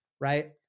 right